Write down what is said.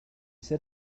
set